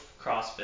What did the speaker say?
CrossFit